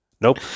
Nope